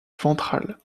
ventrale